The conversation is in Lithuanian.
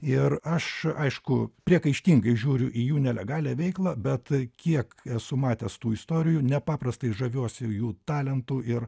ir aš aišku priekaištingai žiūriu į jų nelegalią veiklą bet kiek esu matęs tų istorijų nepaprastai žaviuosi jų talentu ir